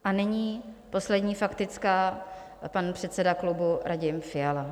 A nyní poslední faktická, pan předseda klubu Radim Fiala.